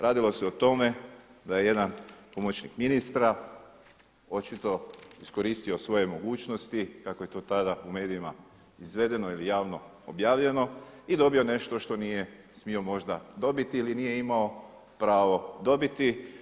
Radilo se o tome da je jedan pomoćnik ministra očito iskoristio svoje mogućnosti kako je to tada u medijima izvedeno ili javno objavljeno i dobio nešto što nije smio možda dobiti ili nije imao pravo dobiti.